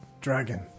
Dragon